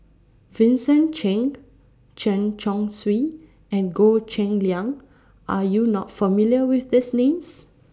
Vincent Cheng Chen Chong Swee and Goh Cheng Liang Are YOU not familiar with These Names